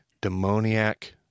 demoniac